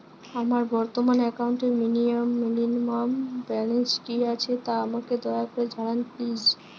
আমার বর্তমান একাউন্টে মিনিমাম ব্যালেন্স কী আছে তা আমাকে দয়া করে জানান প্লিজ